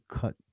cut